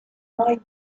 why